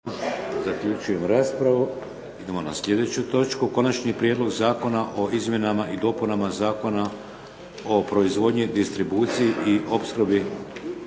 Vladimir (HDZ)** Idemo na slijedeću točku. - Prijedlog zakona o izmjenama i dopunama Zakona o proizvodnji, distribuciji i opskrbi